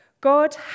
God